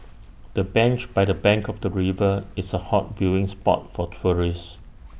the bench by the bank of the river is A hot viewing spot for tourists